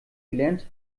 gelernt